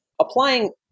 applying